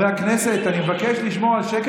הכנסת, אני מבקש לשמור על שקט.